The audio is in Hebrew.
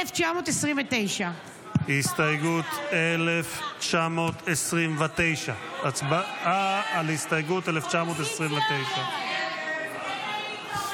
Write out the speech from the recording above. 1929. הסתייגות 1929. הצבעה על הסתייגות 1929. הסתייגות 1929 לא נתקבלה.